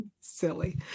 silly